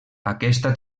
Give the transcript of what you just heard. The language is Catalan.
aquesta